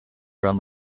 around